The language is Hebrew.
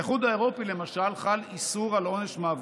באיחוד האירופי, למשל, חל איסור על עונש מוות.